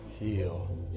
Heal